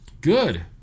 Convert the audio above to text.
Good